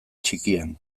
txikian